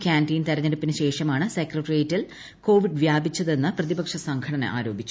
canteen തെരഞ്ഞെടുപ്പിന് ശ്രേഷ്മാണ് സെക്രട്ടേറിയറ്റിൽ കോവിഡ് വ്യാപിച്ചതെന്ന് പ്രതിപക്ഷ് സംഘടന ആരോപിച്ചു